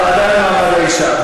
הוועדה למעמד האישה.